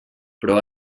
però